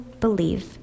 believe